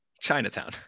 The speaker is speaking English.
Chinatown